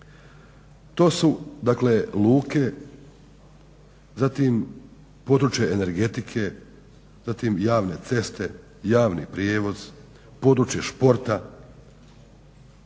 To su dakle luke, zatim područje energetike, zatim javne ceste, javni prijevoz, područje športa,